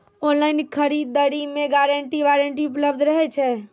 Online खरीद दरी मे गारंटी वारंटी उपलब्ध रहे छै?